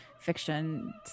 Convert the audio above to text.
fiction